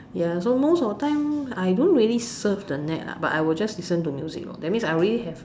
ya so most of the time I don't really surf the net lah but I just listen to music lor that means I already have